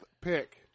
pick